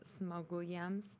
smagu jiems